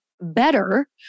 better